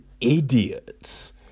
idiots